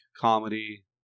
comedy